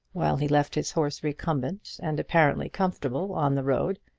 while he left his horse recumbent and apparently comfortable on the road,